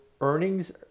earnings